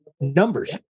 Numbers